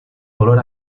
color